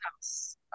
house